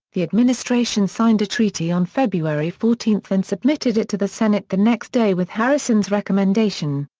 the administration signed a treaty on february fourteen and submitted it to the senate the next day with harrison's recommendation.